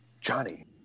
Johnny